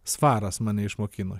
svaras mane išmokino